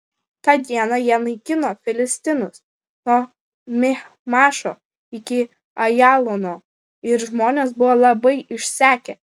tą dieną jie naikino filistinus nuo michmašo iki ajalono ir žmonės buvo labai išsekę